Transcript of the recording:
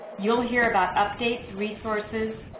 you'll hear about updates, resources,